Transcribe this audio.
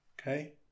okay